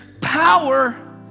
power